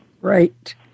Right